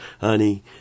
Honey